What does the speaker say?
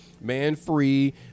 man-free